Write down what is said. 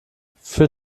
für